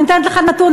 אני נותנת לך נתון,